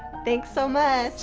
thanks so much.